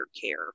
care